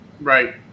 Right